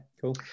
cool